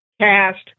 cast